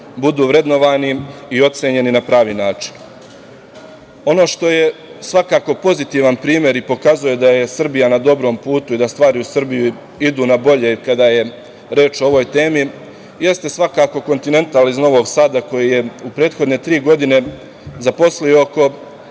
budu vrednovani i ocenjeni na pravi način. Ono što je svakako pozitivan primer i pokazuje da je Srbija na dobrom putu i da stvari u Srbiji idu na bolje kada je reč o ovoj temi jeste svakako „Kontinental“ iz Novog Sada koji je u prethodne tri godine zaposlio oko